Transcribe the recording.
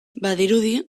badirudi